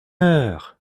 heure